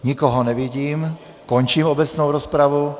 Nikoho nevidím, končím obecnou rozpravu.